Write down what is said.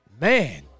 man